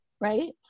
Right